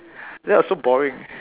that was so boring